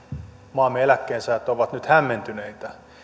maamme eläkkeensaajat ovat nyt hämmentyneitä